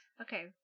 Okay